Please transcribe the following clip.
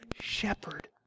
shepherd